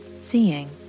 seeing